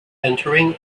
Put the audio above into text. entering